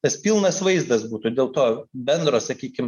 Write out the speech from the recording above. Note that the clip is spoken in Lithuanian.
tas pilnas vaizdas būtų dėl to bendro sakykim